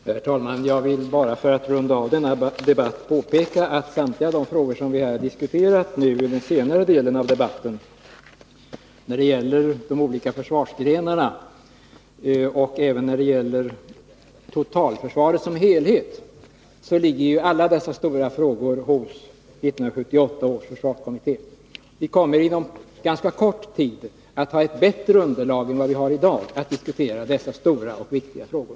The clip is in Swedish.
Herr talman! Jag vill bara, för att runda av denna debatt, påpeka att samtliga de stora frågor som vi har diskuterat under senare delen av debatten, och som gäller de olika försvarsgrenarna och även totalförsvaret som helhet, f. n. behandlas av 1978 års försvarskommitté. Vi kommer inom ganska kort tid att ha ett bättre underlag än i dag för att diskutera dessa stora och viktiga frågor.